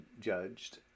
judged